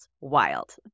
Wild